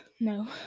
No